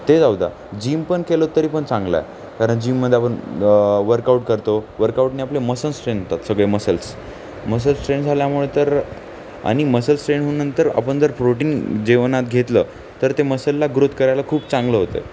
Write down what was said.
ते जाऊद्या जिम पण केलंत तरी पण चांगलं आहे कारण जिममध्ये आपण द वर्कआउट करतो वर्कआउटने आपले मसल्स स्ट्रेंथ होतात सगळे मसल्स मसल्स स्ट्रेंथ झाल्यामुळे तर आणि मसल स्ट्रेन होऊन नंतर आपण जर प्रोटीन जेवणात घेतलं तर ते मसलला ग्रोथ करायला खूप चांगलं होतं